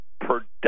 production